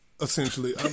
essentially